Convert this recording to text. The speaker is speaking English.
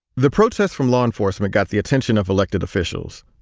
the protests from law enforcement got the attention of elected officials,